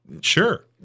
sure